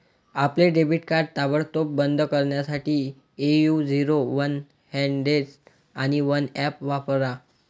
आपले debit card ताबडतोब बंद करण्यासाठी ए.यू झिरो वन हंड्रेड आणि वन ऍप वापरा